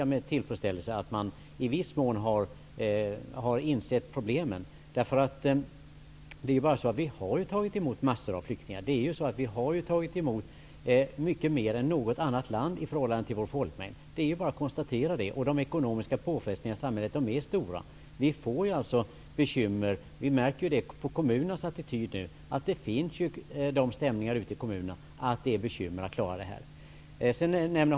Jag ser med tillfredsställelse att man i viss mån har insett problemen. Vi har ju tagit emot massor av flyktingar i Sverige, många fler än något annat land i förhållande till vår folkmängd. Det är bara att konstatera. De ekonomiska påfrestningarna i samhället är stora och förorsakar bekymmer. Det finns sådana stämningar ute i kommunerna att de har bekymmer med att klara flyktingmottagandet.